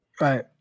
Right